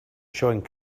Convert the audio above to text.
showing